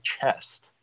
chest